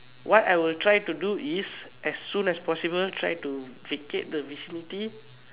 what I would try to do is as soon as possible try to vacate the vicinity